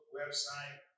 website